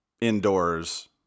indoors